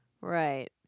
Right